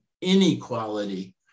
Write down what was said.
inequality